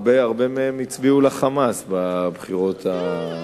הרבה מהם הצביעו ל"חמאס" בבחירות האחרונות.